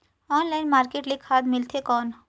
Online market ले खाद मिलथे कौन?